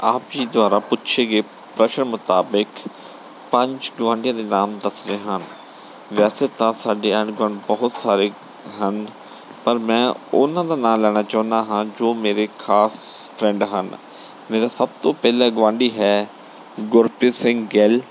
ਆਪ ਜੀ ਦੁਆਰਾ ਪੁੱਛੇ ਗਏ ਪ੍ਰਸ਼ਨ ਮੁਤਾਬਿਕ ਪੰਜ ਗੁਆਂਢੀਆਂ ਦੇ ਨਾਮ ਦੱਸ ਰਿਹਾ ਹਾਂ ਵੈਸੇ ਤਾਂ ਸਾਡੇ ਅਨੁਪਮ ਬਹੁਤ ਸਾਰੇ ਹਨ ਪਰ ਮੈਂ ਉਹਨਾਂ ਦਾ ਨਾਂ ਲੈਣਾ ਚਾਹੁੰਦਾ ਹਾਂ ਜੋ ਮੇਰੇ ਖਾਸ ਫਰੈਂਡ ਹਨ ਮੇਰਾ ਸਭ ਤੋਂ ਪਹਿਲਾ ਗੁਆਂਢੀ ਹੈ ਗੁਰਪ੍ਰੀਤ ਸਿੰਘ ਗਿੱਲ